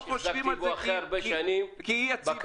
לא חושבים על זה כאי יציבות.